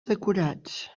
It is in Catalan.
decorats